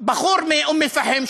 בחור מאום-אלפחם,